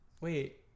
wait